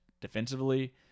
defensively